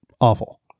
awful